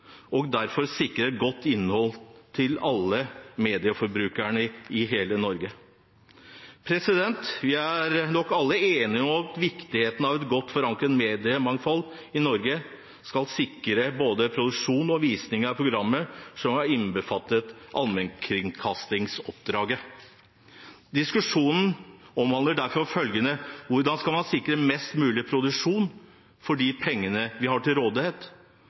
sikre et godt innhold til alle medieforbrukere i hele Norge. Vi er nok alle enige om viktigheten av et godt forankret mediemangfold i Norge, som sikrer både produksjon og visning av programmer som er innbefattet i allmennkringkasteroppdraget. Diskusjonen omhandler derfor følgelig hvordan vi kan sikre mest mulig produksjon for de pengene vi har til rådighet,